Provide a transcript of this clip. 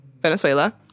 Venezuela